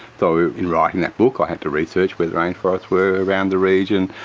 so in writing that book, i had to research where the rainforests were around the region,